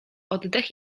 oddech